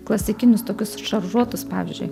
klasikinius tokius šaržuotus pavyzdžiui